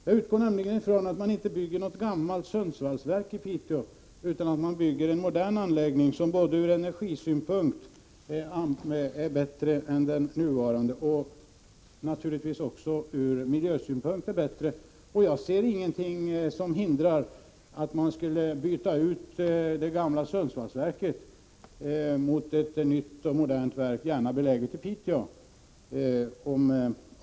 Jag utgår nämligen från att man inte bygger något gammalt Sundsvallsverk i Piteå utan att man bygger en modern anläggning som ur energisynpunkt är bättre än den nuvarande och som naturligtvis även ur miljösynpunkt är bättre. Jag ser inget som hindrar att man byter ut det gamla Sundsvallsverket mot ett nytt och modernt verk, gärna beläget i Piteå.